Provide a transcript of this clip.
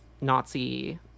nazi